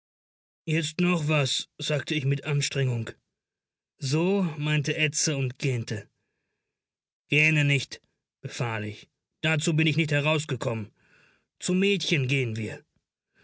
jetzt noch was sagte ich mit anstrengung so meinte edse und gähnte gähne nicht befahl ich dazu bin ich nicht herausgekommen zu mädchen gehen wir